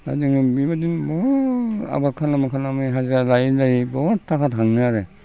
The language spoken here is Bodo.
दा जोङो बेबायदिनो बहुद आबाद खालामै खालामै हाजिर लायै लायै बहुद थाखा थाङो आरो